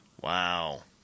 Wow